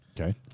okay